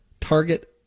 Target